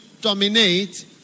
dominate